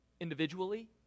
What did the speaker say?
Individually